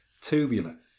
tubular